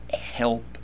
help